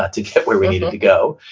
to get where we needed to go.